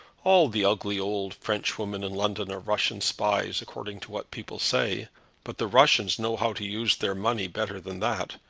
all the ugly old frenchwomen in london are russian spies, according to what people say but the russians know how to use their money better than that.